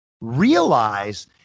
realize